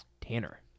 Tanner